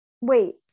Wait